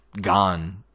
gone